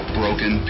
broken